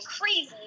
crazy